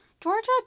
Georgia